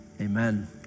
Amen